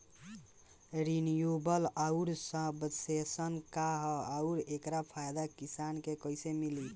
Renewable आउर subvention का ह आउर एकर फायदा किसान के कइसे मिली?